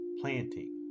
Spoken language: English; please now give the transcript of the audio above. planting